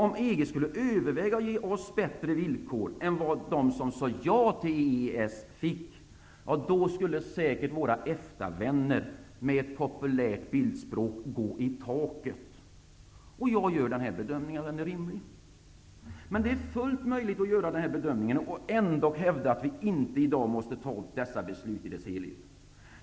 Om EG skulle överväga att ge oss bättre villkor än vad de som sade ja till EES fick, skulle säkert våra EFTA vänner med ett populärt bildspråk ''gå i taket''. Jag gör den här bedömningen, och den är rimlig. Det är fullt möjligt att göra denna bedömning och ändå hävda att vi inte i dag måste fatta dessa beslut i dess helhet.